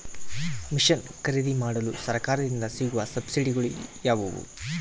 Mission ಖರೇದಿಮಾಡಲು ಸರಕಾರದಿಂದ ಸಿಗುವ ಸಬ್ಸಿಡಿಗಳು ಯಾವುವು?